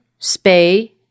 spay